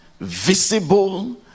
visible